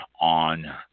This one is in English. on